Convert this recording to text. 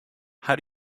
how